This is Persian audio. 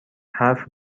حرف